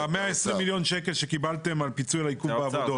מיליון שקל שקיבלתם על פיצוי על העיכוב בעבודות.